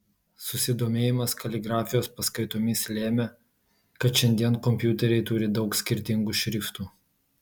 susidomėjimas kaligrafijos paskaitomis lėmė kad šiandien kompiuteriai turi daug skirtingų šriftų